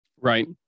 Right